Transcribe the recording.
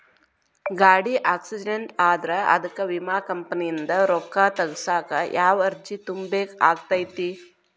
ಗಾಡಿ ಆಕ್ಸಿಡೆಂಟ್ ಆದ್ರ ಅದಕ ವಿಮಾ ಕಂಪನಿಯಿಂದ್ ರೊಕ್ಕಾ ತಗಸಾಕ್ ಯಾವ ಅರ್ಜಿ ತುಂಬೇಕ ಆಗತೈತಿ?